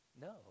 No